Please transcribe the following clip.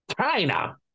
China